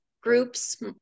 groups